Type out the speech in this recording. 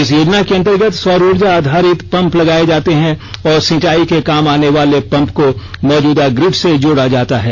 इस योजना के अंतर्गत सौर ऊर्जा आधारित पम्प लगाए जाते हैं और सिंचाई के काम आने वाले पम्प को मौजूदा ग्रिड से जोड़ा जाता है